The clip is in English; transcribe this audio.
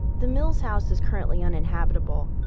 the mills house is currently uninhabitable,